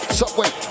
subway